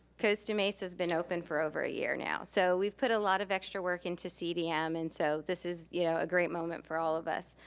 costa mesa's been open for over a year now. so we've put a lot of extra work into cdm and so this is you know a great moment for all of us.